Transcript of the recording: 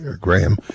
Graham